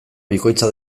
bikoitza